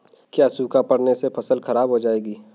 क्या सूखा पड़ने से फसल खराब हो जाएगी?